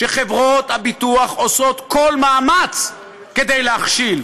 שחברות הביטוח עושות כל מאמץ כדי להכשיל.